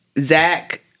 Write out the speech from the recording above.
Zach